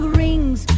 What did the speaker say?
rings